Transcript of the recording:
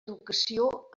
educació